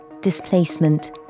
displacement